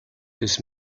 this